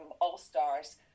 all-stars